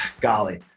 golly